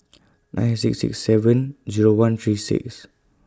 nine six six seven Zero one three six